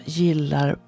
gillar